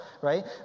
right